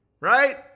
right